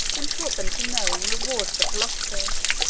and taught them to know and reward the philosophers,